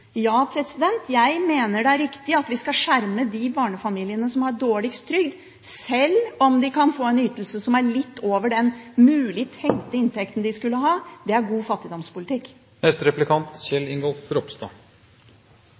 Jeg mener det er riktig at vi skal skjerme de barnefamiliene som har dårligst trygd, selv om de kan få en ytelse som er litt over den tenkte inntekten de skulle hatt. Det er god fattigdomspolitikk.